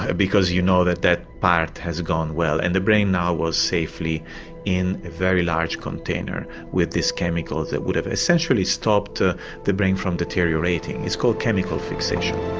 ah because you know that that part has gone well. and the brain now was safely in a very large container with these chemicals that would have essentially stopped the brain from deteriorating. it's called chemical fixation.